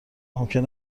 ممکن